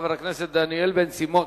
חבר הכנסת דניאל בן-סימון.